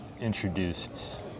introduced